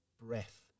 breath